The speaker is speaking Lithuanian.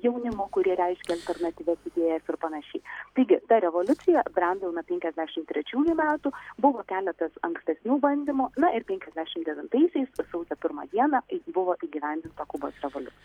jaunimu kurie reiškia alternatyvias idėjas ir panašiai taigi ta revoliucija brendo jau nuo penkiasdešim trečiųjų metų buvo keletas ankstesnių bandymų na ir penkiasdešim devintaisiais sausio pirmą dieną buvo įgyvendinta kubos revoliu